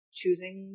choosing